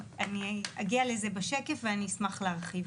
אגיע לזה בשקף, ואשמח להרחיב.